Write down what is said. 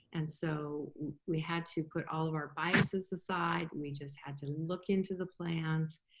and so we had to put all of our biases aside, we just had to look into the plans.